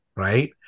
Right